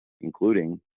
including